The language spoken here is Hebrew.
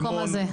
במקום הזה.